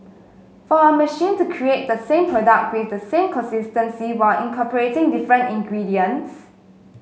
for a machine to create the same product with the same consistency while incorporating different ingredients